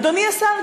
אדוני השר,